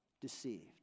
deceived